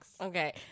Okay